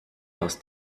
aus